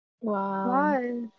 Wow